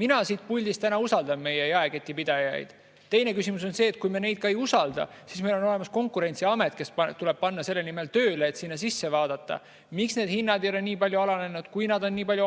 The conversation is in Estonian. Mina siit puldist täna usaldan meie jaeketipidajaid. Teine küsimus on see, et kui me neid ka ei usalda, siis meil on olemas Konkurentsiamet, kes tuleb panna selle nimel tööle, et sinna sisse vaadata, miks need hinnad ei ole nii palju